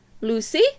Lucy